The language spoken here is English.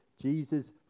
Jesus